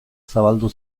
zabaldu